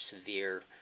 severe